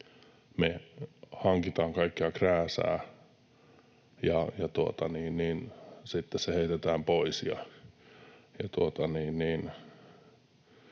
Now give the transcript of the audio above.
me hankitaan kaikkea krääsää ja sitten se heitetään pois.